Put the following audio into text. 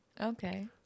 Okay